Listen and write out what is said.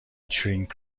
چرینگ